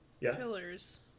pillars